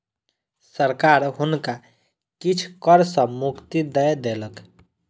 सरकार हुनका किछ कर सॅ मुक्ति दय देलक